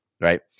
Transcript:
right